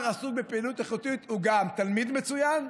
הוא גם תלמיד מצוין,